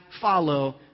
follow